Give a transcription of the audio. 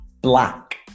black